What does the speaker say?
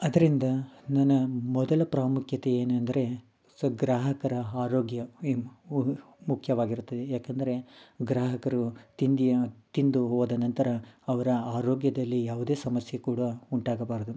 ಅದರಿಂದ ನನ್ನ ಮೊದಲ ಪ್ರಾಮುಖ್ಯತೆ ಏನೆಂದರೆ ಸೊ ಗ್ರಾಹಕರ ಆರೋಗ್ಯ ಮುಖ್ಯವಾಗಿರುತ್ತದೆ ಯಾಕಂದರೆ ಗ್ರಾಹಕರು ತಿಂಡಿಯ ತಿಂದು ಹೋದ ನಂತರ ಅವರ ಆರೋಗ್ಯದಲ್ಲಿ ಯಾವುದೇ ಸಮಸ್ಯೆ ಕೂಡ ಉಂಟಾಗಬಾರದು